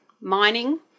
Mining